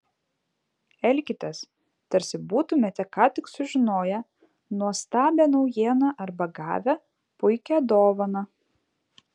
elkitės tarsi būtumėte ką tik sužinoję nuostabią naujieną arba gavę puikią dovaną